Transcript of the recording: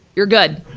you're good